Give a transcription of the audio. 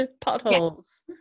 potholes